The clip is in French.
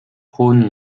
prône